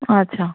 اچھا